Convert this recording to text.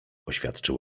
oświadczył